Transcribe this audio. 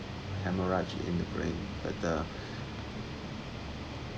haemorrhage in the brain better